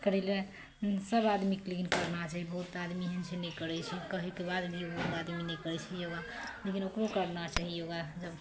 करै ला सब आदमीके लेकिन करना चाही बहुत आदमी एहन छै नहि करै छै कहैके बाद भी बहुत आदमी नहि करै छै योगा लेकिन ओकरो करना चाही योगा जब